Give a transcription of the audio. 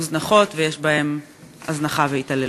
שמעידים על הזנחה עד כדי התעללות: